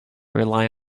rely